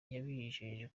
yabijeje